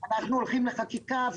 אנחנו הולכים לחקיקה.